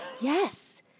Yes